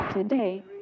Today